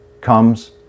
comes